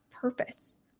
purpose